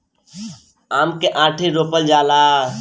आम के आंठी रोपल जाला